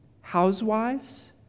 housewives